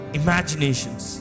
imaginations